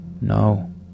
No